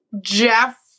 Jeff